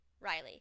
Riley